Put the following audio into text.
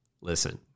listen